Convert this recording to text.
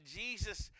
jesus